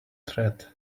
tread